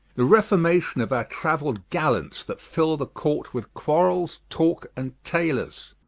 the reformation of our trauel'd gallants, that fill the court with quarrels, talke, and taylors